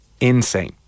insane